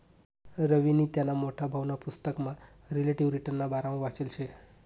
रवीनी त्याना मोठा भाऊना पुसतकमा रिलेटिव्ह रिटर्नना बारामा वाचेल शे